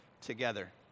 together